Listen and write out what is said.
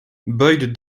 boyd